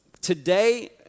today